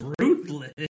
ruthless